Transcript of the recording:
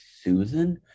susan